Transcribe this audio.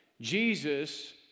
Jesus